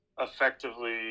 effectively